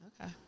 okay